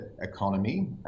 economy